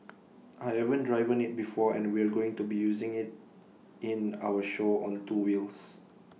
I haven't driven IT before and we're going to be using IT in our show on two wheels